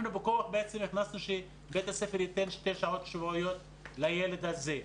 אנחנו בכוח הכנסנו שבית הספר ייתן שתי שעות שבועיות לילד הזה,